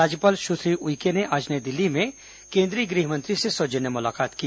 राज्यपाल सुश्री उइके ने आज नई दिल्ली में केन्द्रीय गृहमंत्री से सौजन्य मुलाकात की